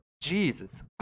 Jesus